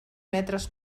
metres